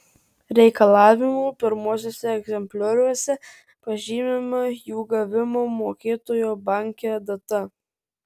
reikalavimų pirmuosiuose egzemplioriuose pažymima jų gavimo mokėtojo banke data